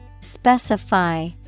Specify